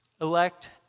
Elect